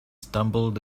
stumbled